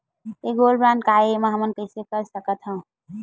ये gold bond काय ए एमा हमन कइसे कर सकत हव?